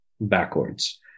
backwards